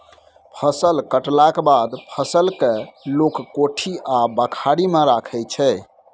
फसल कटलाक बाद फसल केँ लोक कोठी आ बखारी मे राखै छै